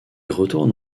retourne